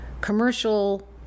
commercial